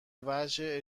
وجه